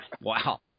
Wow